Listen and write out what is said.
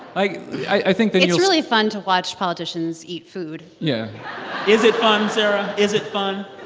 i think that. it's really fun to watch politicians eat food yeah is it fun, sarah? is it fun?